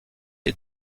est